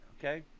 okay